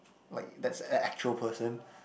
like that's act~ actual person